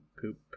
poop